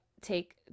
take